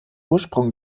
ursprung